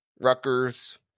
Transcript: Rutgers